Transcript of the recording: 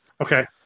Okay